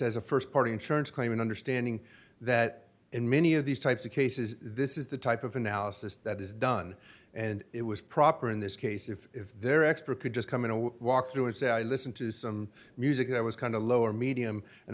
as a st party insurance claim and understanding that in many of these types of cases this is the type of analysis that is done and it was proper in this case if their expert could just come in and walk through and say i listened to some music i was kind of low or medium and